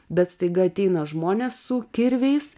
bet staiga ateina žmonės su kirviais